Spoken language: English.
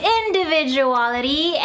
individuality